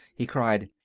he cried.